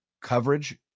coverage